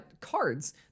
cards